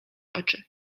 oczy